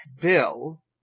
Bill